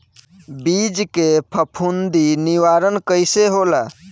बीज के फफूंदी निवारण कईसे होला?